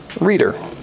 reader